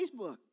Facebook